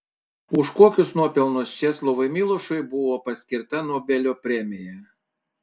už kokius nuopelnus česlovui milošui buvo paskirta nobelio premija